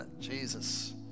Jesus